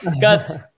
guys